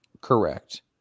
correct